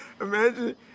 Imagine